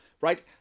right